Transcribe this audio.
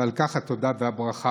ועל כך התודה והברכה,